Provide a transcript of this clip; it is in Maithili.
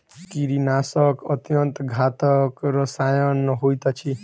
कीड़ीनाशक अत्यन्त घातक रसायन होइत अछि